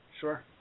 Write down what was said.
Sure